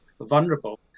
vulnerable